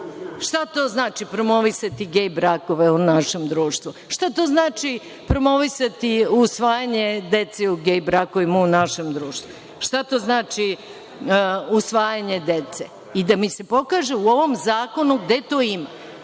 Šta to znači promovisati gej brakove u našem društvu? Šta to znači promovisati usvajanje dece u gej brakovima u našem društvu? Šta to znači usvajanje dece? Da mi se pokaže u ovom zakonu gde to